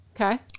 Okay